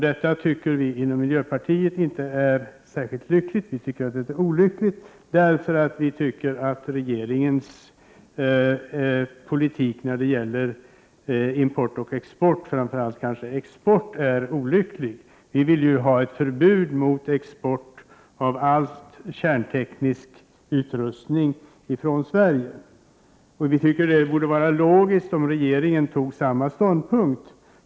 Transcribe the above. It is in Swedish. Det tycker vi inom miljöpartiet inte är särskilt lyckligt. Vi tycker att regeringens politik när det gäller export och import, kanske framför allt export, är olycklig. Vi vill ha ett förbud mot export av all kärnteknisk utrustning från Sverige. Vi tycker att det vore logiskt om regeringen intog samma ståndpunkt.